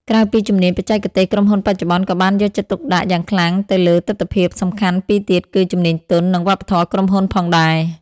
ក្រៅពីជំនាញបច្ចេកទេស ក្រុមហ៊ុនបច្ចុប្បន្នក៏បានយកចិត្តទុកដាក់យ៉ាងខ្លាំងទៅលើទិដ្ឋភាពសំខាន់ពីរទៀតគឺ ជំនាញទន់ និងវប្បធម៌ក្រុមហ៊ុនផងដែរ។